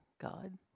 God